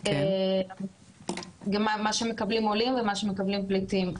בין מה שמקבלים עולים ומה שמקבלים פליטים.